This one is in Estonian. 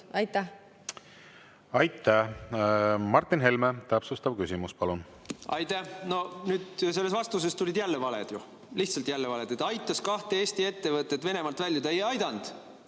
Aitäh! Martin Helme, täpsustav küsimus, palun! Aitäh! No nüüd selles vastuses tulid jälle valed ju, lihtsalt jälle valed. Aitas kahte Eesti ettevõtet Venemaal välja – ta ei aidanud.